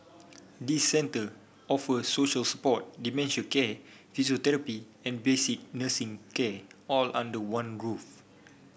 these centre offer social support dementia care physiotherapy and basic nursing care all under one roof